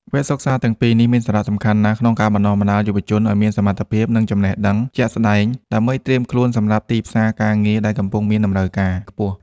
វគ្គសិក្សាទាំងពីរនេះមានសារៈសំខាន់ណាស់ក្នុងការបណ្តុះបណ្តាលយុវជនឱ្យមានសមត្ថភាព និងចំណេះដឹងជាក់ស្តែង ដើម្បីត្រៀមខ្លួនសម្រាប់ទីផ្សារការងារដែលកំពុងមានតម្រូវការខ្ពស់។